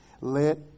let